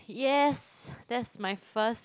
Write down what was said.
yes that's my first